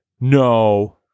No